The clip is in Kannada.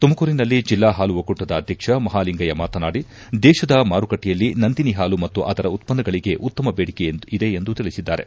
ತುಮಕೂರಿನಲ್ಲಿ ಜಿಲ್ಲಾ ಹಾಲು ಒಕ್ಕೂಟದ ಅಧ್ಯಕ್ಷ ಮಹಾಲಿಂಗಯ್ಕ ಮಾತನಾಡಿ ದೇಶದ ಮಾರುಕಟ್ಟೆಯಲ್ಲಿ ನಂದಿನಿ ಹಾಲು ಮತ್ತು ಅದರ ಉತ್ಪನ್ನಗಳಿಗೆ ಉತ್ತಮ ಬೇಡಿಕೆ ಇದೆ ಎಂದು ತಿಳಿಸಿದ್ದಾರೆ